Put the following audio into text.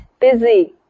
busy